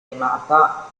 animata